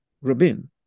Rabin